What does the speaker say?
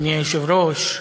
אדוני היושב-ראש,